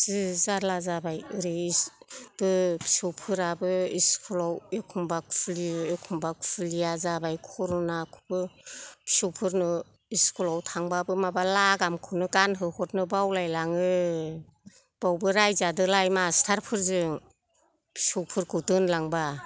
जि जारला जाबाय ओरैबो फिसौफोराबो स्कुलआव एखमबा खुलियो एखमबा खुलिया जाबाय कर'नाखौबो फिसौफोरनो स्कुलआव थांबाबो माबा लागामखौनो गानहोहरनो बावलायलाङो बावबो रायजादोलाय मास्टारफोरजों फिसौफोरखौ दोनलांबा